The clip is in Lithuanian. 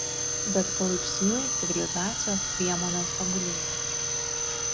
bet palaipsniui civilizacijos priemonės tobulėjo